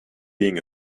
being